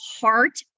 heart